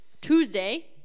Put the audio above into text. Tuesday